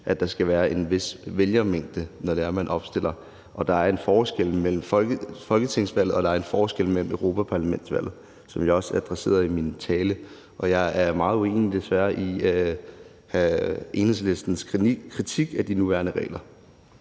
at der skal være en vis vælgermængde, når man opstiller. Der er en forskel imellem folketingsvalget og europaparlamentsvalget, som jeg også adresserede i min tale. Jeg er meget uenig, desværre, i Enhedslistens kritik af de nuværende regler.